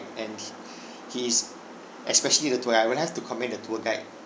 and he's especially the tour guide I will have to commend the tour guide